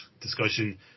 discussion